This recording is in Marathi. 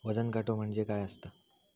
वजन काटो म्हणजे काय असता?